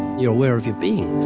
you're aware of your being.